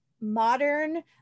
modern